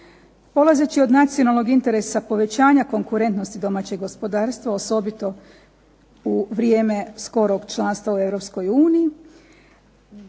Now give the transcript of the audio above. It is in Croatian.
Polazeći od nacionalnog interesa povećanja konkurentnosti domaćeg gospodarstva, osobito u vrijeme skorog članstva u EU,